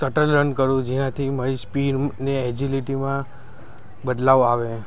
subtle run કરું જેનાથી મારી સ્પીડને એજીલીટીમાં બદલાવ આવે